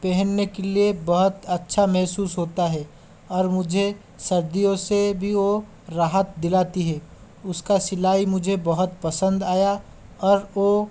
पहेनने के लिए बहुत अच्छा महसूस होता है और मुझे सर्दियों से भी वो राहत दिलाती है उसका सिलाई मुझे बहुत पसंद आया और ओ